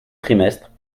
trimestres